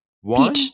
one